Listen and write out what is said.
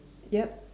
yup